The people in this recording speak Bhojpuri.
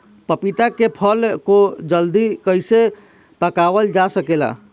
पपिता के फल को जल्दी कइसे पकावल जा सकेला?